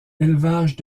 élevage